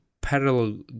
parallel